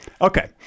Okay